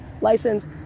License